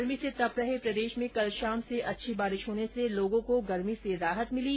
गर्मी से तप रहे प्रदेश में कल शाम से अच्छी बारिश होने से लोगों को गर्मी से राहत मिली